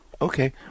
Okay